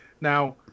Now